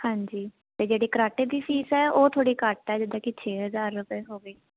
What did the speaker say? ਹਾਂਜੀ ਤੇ ਜਿਹੜੀ ਕਰਾਟੇ ਦੀ ਫੀਸ ਉਹ ਥੋੜੀ ਘੱਟ ਹ ਜਿੱਦਾਂ ਕੀ ਛੇ ਹਜਾਰ ਰੁਪਏ ਹੋਗੇ